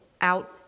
out